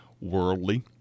worldly